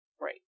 Right